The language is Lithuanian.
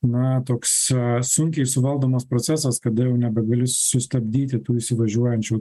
na toks sunkiai suvaldomas procesas kada jau nebegali sustabdyti tų įsivažiuojančių